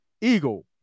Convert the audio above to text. eagle